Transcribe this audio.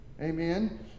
Amen